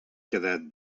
quedat